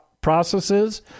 processes